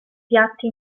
piatti